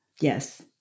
Yes